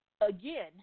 again –